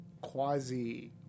quasi